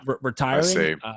retiring